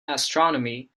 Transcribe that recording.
astronomy